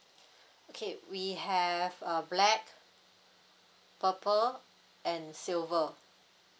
okay we have uh black purple and silver